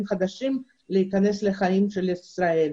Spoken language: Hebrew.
החדשים להיכנס להשתלב בחיים בישראל.